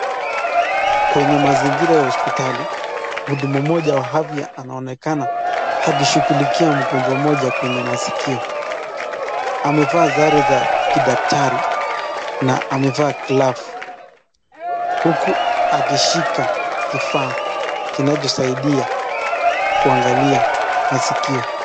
Kwenye mazingira ya hospitali. Mhudumu mmoja wa afya anaonekana akishughulikia mgonjwa mmoja kwenye maskio. Amevaa sare za kidaktari na amevaaa glovu huku akishika kifaa kinachotumika kuangalia maskio.